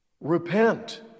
Repent